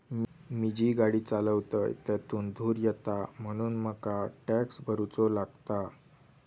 मी जी गाडी चालवतय त्यातुन धुर येता म्हणून मका टॅक्स भरुचो लागता